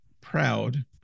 proud